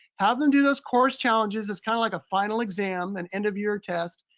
have them do those course challenges. it's kind of like a final exam and end of year test,